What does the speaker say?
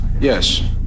Yes